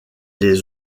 les